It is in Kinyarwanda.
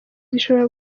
zishobora